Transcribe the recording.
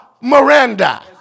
miranda